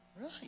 Right